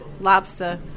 lobster